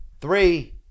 three